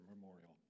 memorial